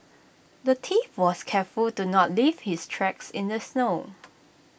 the thief was careful to not leave his tracks in the snow